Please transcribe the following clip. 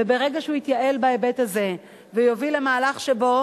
וברגע שהוא יתייעל בהיבט הזה ויוביל למהלך שבו